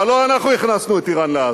אבל לא אנחנו הכנסנו את אירן לעזה,